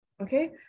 Okay